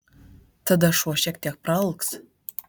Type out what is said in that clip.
tada šuo šiek tiek praalks